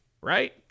right